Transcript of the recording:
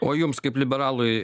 o jums kaip liberalui